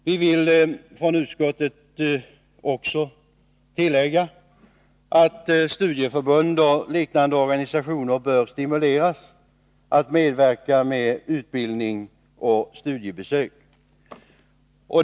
Vi vill från utskottet också tillägga att studieförbund och liknande organisationer bör stimuleras att medverka med utbildning och studiebesök.